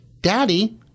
Daddy